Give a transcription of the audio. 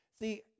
See